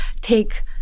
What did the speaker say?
take